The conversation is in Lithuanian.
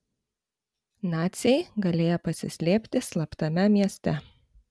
naciai galėję pasislėpti slaptame mieste